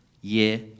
year